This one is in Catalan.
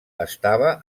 estava